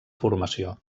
formació